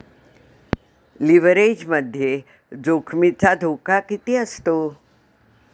लिव्हरेजमध्ये जोखमीचा धोका किती असतो?